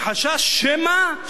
זה חשש שמא,